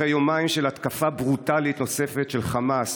אחרי יומיים של התקפה ברוטלית נוספת של חמאס,